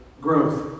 growth